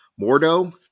Mordo